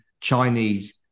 Chinese